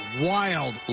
wild